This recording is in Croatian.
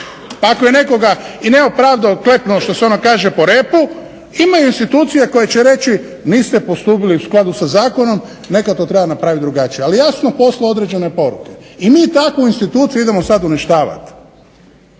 Pa ako je nekoga i neopravdano klepnuo što se ono kaže po repu, imaju institucije koje će reći niste postupili u skladu sa zakonom, nekad to treba napravit drugačije. Ali jasno je poslao određene poruke i mi takvu instituciju idemo sad uništavat,